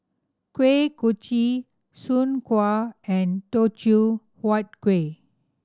Kuih Kochi Soon Kuih and Teochew Huat Kueh